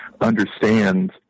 understand